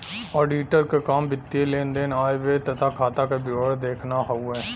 auditor क काम वित्तीय लेन देन आय व्यय तथा खाता क विवरण देखना हउवे